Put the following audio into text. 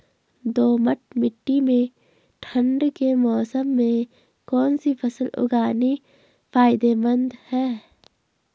दोमट्ट मिट्टी में ठंड के मौसम में कौन सी फसल उगानी फायदेमंद है?